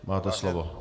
Máte slovo.